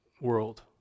world